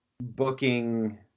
booking